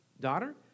Daughter